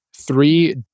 three